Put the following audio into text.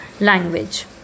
language